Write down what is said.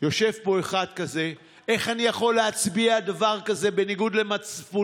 יושב פה אחד כזה: איך אני יכול להצביע על דבר כזה בניגוד למצפוני,